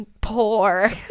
poor